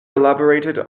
elaborated